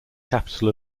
capital